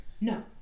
No